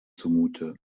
zumute